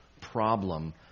problem